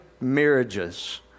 marriages